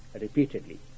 repeatedly